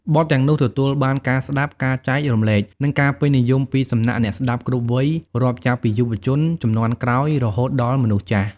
បទទាំងនោះទទួលបានការស្ដាប់ ការចែករំលែក និងការពេញនិយមពីសំណាក់អ្នកស្ដាប់គ្រប់វ័យ រាប់ចាប់ពីយុវជនជំនាន់ក្រោយរហូតដល់មនុស្សចាស់ ។